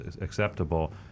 acceptable